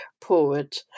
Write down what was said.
poet